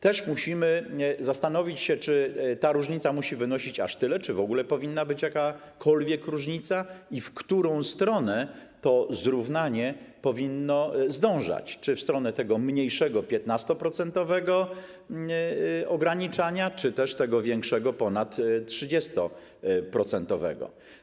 Też musimy zastanowić się, czy ta różnica musi wynosić aż tyle, czy w ogóle powinna być jakakolwiek różnica, i w którą stronę to zrównanie powinno zdążać, czy w stronę tego mniejszego, 15-procentowego ograniczania, czy też tego większego, ponad 30-procentowego.